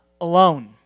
alone